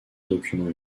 document